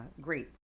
great